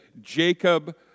Jacob